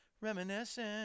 reminiscing